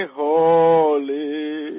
holy